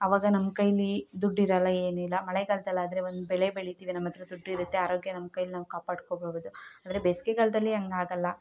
ಅವಾಗ ನಮ್ಮ ಕೈಲಿ ದುಡ್ಡು ಇರೋಲ್ಲ ಏನಿಲ್ಲ ಮಳೆಗಾಲ್ದಲ್ಲಿ ಆದರೆ ಒಂದು ಬೆಳೆ ಬೆಳಿತೀವಿ ನಮ್ಮ ಹತ್ರ ದುಡ್ಡು ಇರುತ್ತೆ ಆರೋಗ್ಯ ನಮ್ಮ ಕೈಲಿ ನಾವು ಕಾಪಾಡ್ಕೋಬಹುದು ಆದರೆ ಬೇಸಿಗೆಗಾಲ್ದಲ್ಲಿ ಹಂಗಾಗಲ್ಲ